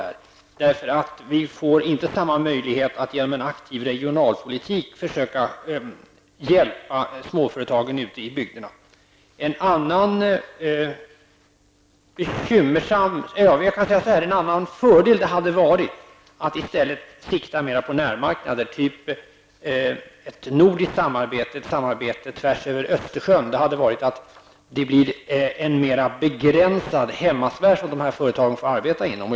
Vi får heller inte samma möjlighet att genom en aktiv regionalpolitik försöka hjälpa småföretagen ute i bygderna. En annan fördel hade varit att sikta mer på närmarknader som t.ex. ett nordiskt samarbete eller ett samarbete tvärsöver Östersjön. Då blir det en mera begränsad hemmasfär som dessa företag får arbeta inom.